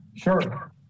Sure